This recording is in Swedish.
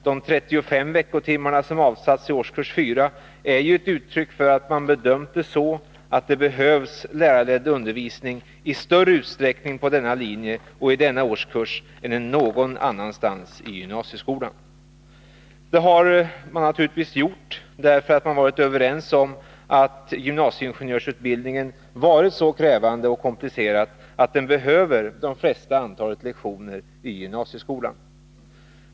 De 35 veckotimmarna som avsatts i årskurs 4 är ju ett uttryck för att man bedömt det så att det behövs lärarledd undervisning i större utsträckning på denna linje och i denna årskurs än någon annanstans i gymnasieskolan. Det har man naturligtvis gjort därför att man varit överens om att gymnasieingenjörsutbildningen varit så krävande och komplicerad att den behöver det största antalet lektioner i gymnasieskolan.